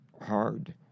hard